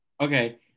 Okay